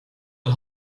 een